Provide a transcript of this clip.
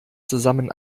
zusammen